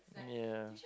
yeah